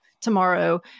tomorrow